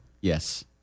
Yes